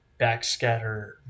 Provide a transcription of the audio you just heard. backscatter